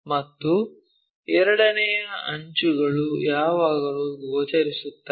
ಮತ್ತು ಎರಡನೆಯ ಅಂಚುಗಳು ಯಾವಾಗಲೂ ಗೋಚರಿಸುತ್ತವೆ